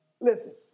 listen